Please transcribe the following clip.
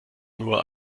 nur